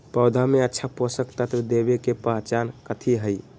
पौधा में अच्छा पोषक तत्व देवे के पहचान कथी हई?